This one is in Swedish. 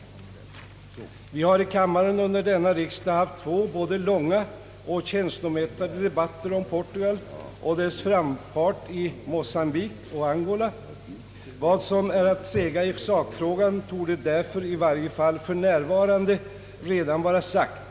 Vi har i kammaren under denna riksdag haft två både långa och känslomättade debatter om Portugal och dess framfart i Mocambique och Angola. Vad som är att säga i sakfrågan torde därför i varje fall för närvarande redan vara sagt.